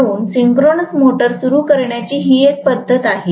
म्हणूनच synchronous motor सुरू करण्याची ही एक पद्धत आहे